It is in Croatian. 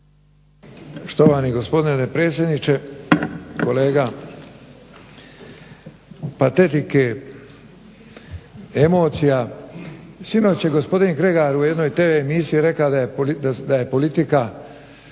Štovani gospodine dopredsjedniče. Kolega, patetike emocija, sinoć je gospodin Kregar u jednoj TV emisiji rekao da je politika